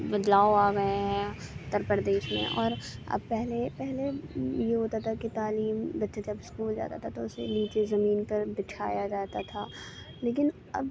بدلاؤ آ گئے ہیں اتر پردیش میں اور اب پہلے پہلے یہ ہوتا تھا کہ تعلیم بچے جب اسکول جاتا تھا تو اسے نیچے زمین پر بٹھایا جاتا تھا لیکن اب